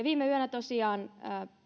viime yönä tosiaan